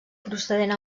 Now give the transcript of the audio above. procedent